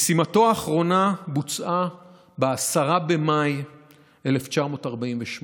משימתו האחרונה בוצעה ב-10 במאי 1948,